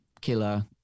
killer